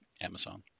Amazon